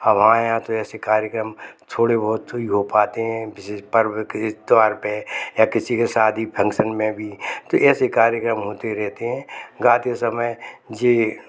हमारे यहाँ पर ऐसे कार्यक्रम थोड़े बहुत ही हो पाते हैं जैसे पर्व के त्योहार पर या किसी की शादी फंक्शन में भी तो ऐसे कार्यक्रम होते रहते हैं गाते समय जे